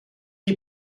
die